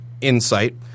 insight